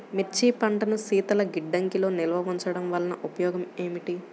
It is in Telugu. మిర్చి పంటను శీతల గిడ్డంగిలో నిల్వ ఉంచటం వలన ఉపయోగం ఏమిటి?